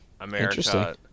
america